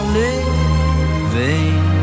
living